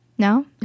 No